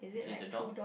okay the door